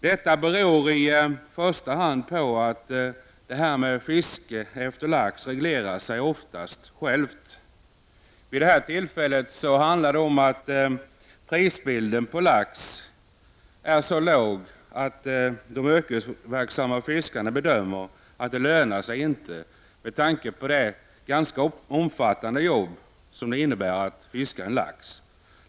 Detta beror i första hand på att laxfisket ofta reglerar sig självt. Vid det här tillfället handlar det om att priset på lax är så lågt att de yrkesverksamma fiskarna bedömer att det inte lönar sig med tanke på det ganska omfattande arbete som det innebär att fiska lax.